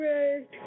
Right